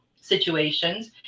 situations